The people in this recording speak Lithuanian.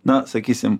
na sakysim